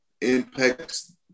impacts